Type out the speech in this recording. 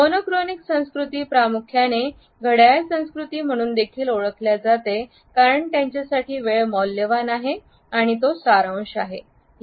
monochronic संस्कृती प्रामुख्याने घड्याळ संस्कृती म्हणून देखील ओळखल्या जातात कारण त्यांच्यासाठी वेळ मौल्यवान आहे आणि तो सारांश आहे